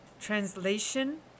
translation